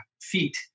feet